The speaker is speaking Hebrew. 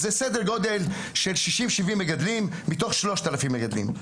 זה סדר גודל של 60-70 מגדלים מתוך 3,000 מגדלים.